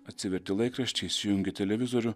atsiverti laikraštį įsijungi televizorių